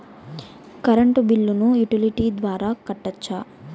Current బిల్లును utility ద్వారా కట్టొచ్చా?